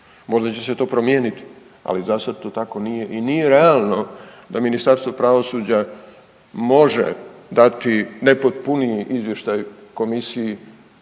Možda će se to promijeniti, ali zasad to tako nije i nije realno da Ministarstvo pravosuđa može dati nepotpuniji izvještaj Komisiji,